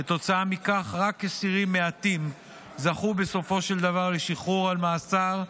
כתוצאה מכך רק אסירים מעטים זכו בסופו של דבר לשחרור על תנאי ממאסר.